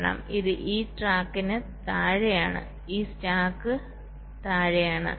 കാരണം ഇത് ഈ ട്രാക്കിന് താഴെയാണ് ഈ സ്റ്റാക്ക് താഴെയാണ്